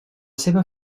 seva